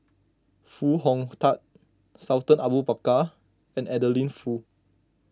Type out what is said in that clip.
Foo Hong Tatt Sultan Abu Bakar and Adeline Foo